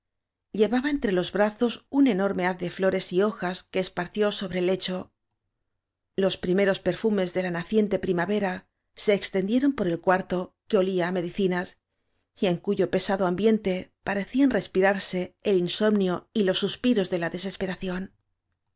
en tre los brazos un haz enorme de flores y hojas que esparció sobre el lecho los primeros perfumes de la nacíente primavera se ex y tendieron por el cuarto que olía á medicinas al y en cuyo pesado amy yl biente parecían respi rarse el insomnio y los s suspiros de la